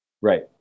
Right